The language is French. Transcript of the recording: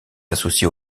associée